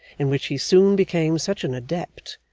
in which he soon became such an adept,